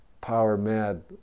power-mad